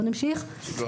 סליחה